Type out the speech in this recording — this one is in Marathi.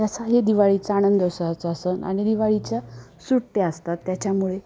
त्याचाही दिवाळीचा आनंद उत्सवाचा सण आणि दिवाळीच्या सुट्ट्या असतात त्याच्यामुळे